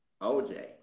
OJ